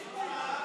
שמית.